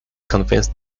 convinced